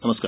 नमस्कार